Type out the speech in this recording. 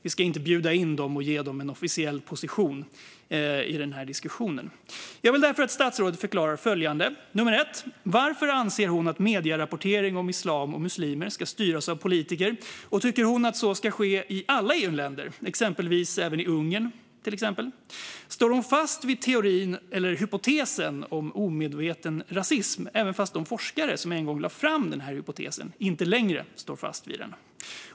Vi ska inte bjuda in dem och ge dem en officiell position i denna diskussion. Jag vill att statsrådet förklarar följande. Varför anser hon att medierapportering om islam och muslimer ska styras av politiker? Tycker hon att så ska ske i alla EU-länder, exempelvis även i Ungern? Står hon fast vid hypotesen om omedveten rasism även om de forskare som en gång lade fram denna hypotes inte längre står fast vid den?